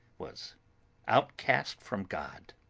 was outcast from god.